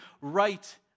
right